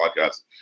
podcast